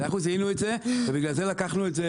אנחנו זיהינו את זה ובגלל זה לקחנו את זה